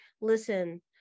listen